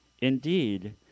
Indeed